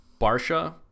Barsha